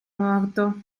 morto